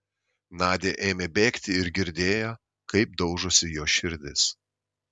nadia ėmė bėgti ir girdėjo kaip daužosi jos širdis